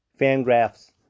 Fangraph's